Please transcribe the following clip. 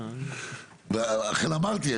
ולכן אמרתי,